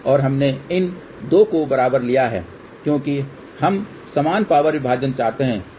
और हमने इन 2 को बराबर लिया है क्योंकि हम समान पावर विभाजन चाहते हैं